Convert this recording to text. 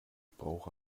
brauche